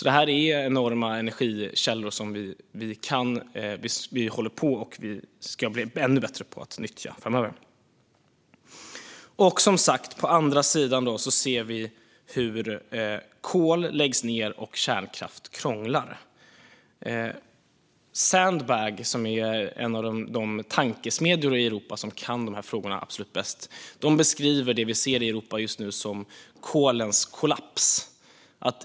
Detta är alltså enorma energikällor som vi håller på att nyttja och ska bli ännu bättre på att nyttja framöver. På andra sidan ser vi hur kolproduktion läggs ned och kärnkraft krånglar. Sandbag är en av de tankesmedjor i Europa som kan dessa frågor absolut bäst. De beskriver det som vi ser i Europa just nu som kolens kollaps.